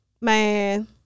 Man